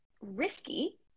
risky